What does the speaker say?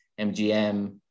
MGM